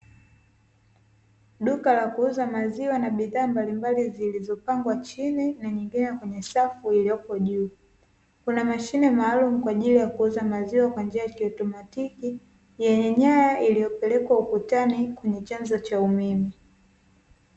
Duka la kuuza maziwa na bidhaa mbalimbali zilizopangwa chini na nyingine kwenye safu iliyopo juu. Kuna mashine maalum kwa ajili ya kuuza maziwa kwa njia ya kiautomatiki yenye nyaya iliyopelekwa ukutani kwenye chanzo cha umeme.